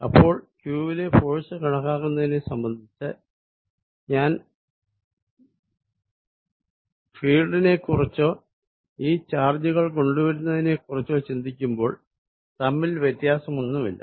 ഇപ്പോൾ q വിലെ force കണക്കാക്കുന്നതിനെ സംബന്ധിച്ച് ഞാൻ മേഖലയെക്കുറിച്ചോ ഈ ചാർജുകൾ കൊണ്ടുവരുന്നതിനെക്കുറിച്ചോ ചിന്തിക്കുമ്പോൾ തമ്മിൽ വ്യത്യാസമൊന്നുമില്ല